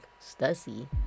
Stussy